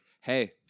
hey